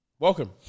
Welcome